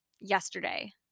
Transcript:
yesterday